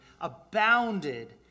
abounded